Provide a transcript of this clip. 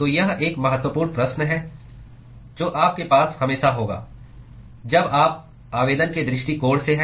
तो यह एक महत्वपूर्ण प्रश्न है जो आपके पास हमेशा होगा जब आप आवेदन के दृष्टिकोण से है